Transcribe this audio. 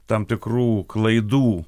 tam tikrų klaidų